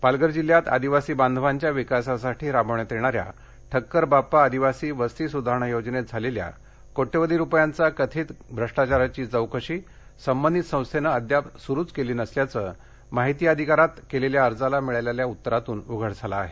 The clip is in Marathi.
पालघर पालघर जिल्ह्यात आदिवासी बांधवांच्या विकासासाठी राबवण्यात येणाऱ्या ठक्कर बाप्पा आदिवासी वस्ती सुधारणा योजनेत झालेल्या कोट्यवधी रूपयांचा कथित भ्रष्टाचाराची चौकशी संबंधित संस्थेनं अद्याप सुरूच केली नसल्याचं माहिती अधिकारांतर्गत केलेल्या अर्जाला मिळालेल्या उत्तरातून उघड झालं आहे